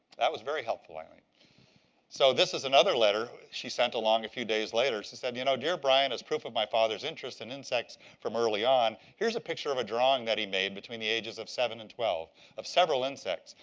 that was very helpful. i mean so this is another letter she sent along a few days later. she said, you know dear brian, as proof of my father's interest in insects from early on, here is a picture of a drawing that he made between the ages of seven and twelve of several insects!